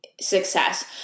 Success